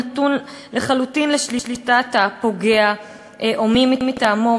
נתון לחלוטין לשליטת הפוגע או מי מטעמו,